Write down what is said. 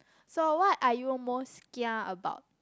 so what are you most kia about